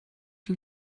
you